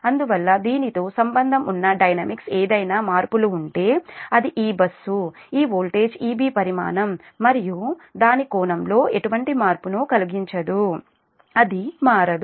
అందువల్ల దీనితో సంబంధం ఉన్న డైనమిక్స్ ఏదైనా మార్పులు ఉంటే అది ఈ బస్సు ఈ వోల్టేజ్ EB పరిమాణం మరియు దాని కోణంలో ఎటువంటి మార్పును కలిగించదు అది మారదు